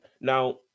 Now